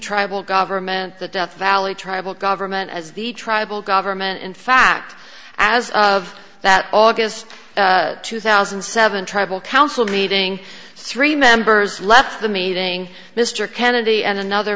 tribal government the death valley tribal government as the tribal government in fact as of that august two thousand and seven tribal council meeting three members left the meeting mr kennedy and another